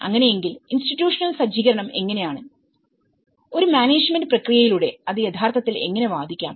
അങ്ങനെയെങ്കിൽ ഇൻസ്റ്റിറ്റ്യൂഷണൽ സജ്ജീകരണം എങ്ങനെയാണ് ഒരു മാനേജ്മെന്റ് പ്രക്രിയയിലൂടെ അത് യഥാർത്ഥത്തിൽ എങ്ങനെ വാദിക്കാം